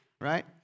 Right